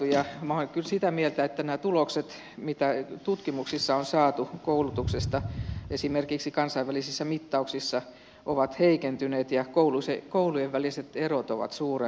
minä olen kyllä sitä mieltä että nämä tulokset mitä tutkimuksissa on saatu koulutuksesta esimerkiksi kansainvälisissä mittauksissa ovat heikentyneet ja koulujen väliset erot ovat suurentuneet